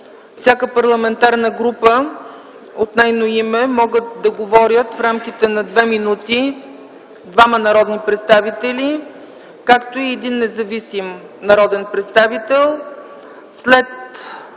всяка парламентарна група могат да говорят в рамките на 2 мин. двама народни представители, както и един независим народен представител.